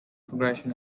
progression